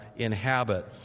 Inhabit